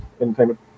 Entertainment